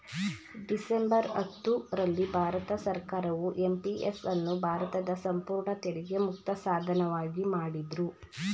December ಹತ್ತು ರಲ್ಲಿ ಭಾರತ ಸರ್ಕಾರವು ಎಂ.ಪಿ.ಎಸ್ ಅನ್ನು ಭಾರತದ ಸಂಪೂರ್ಣ ತೆರಿಗೆ ಮುಕ್ತ ಸಾಧನವಾಗಿ ಮಾಡಿದ್ರು